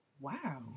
Wow